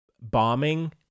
bombing